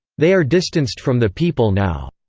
they are distanced from the people now.